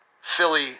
Philly